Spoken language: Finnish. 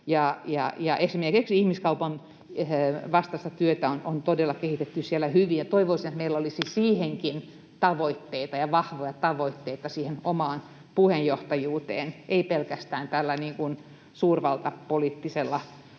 esimerkiksi ihmiskaupan vastaista työtä on todella kehitetty siellä hyvin. Toivoisin, että meillä olisi siihenkin tavoitteita ja vahvoja tavoitteita siihen omaan puheenjohtajuuteen, ei pelkästään täällä suurvaltapoliittisella